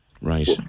Right